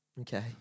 Okay